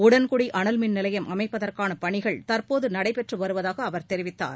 உடன்குடி அனவ்மின்நிலையம் அமைப்பதற்கான பணிகள் தற்போது நடைபெற்று வருவதாக அவர் தெரிவித்தார்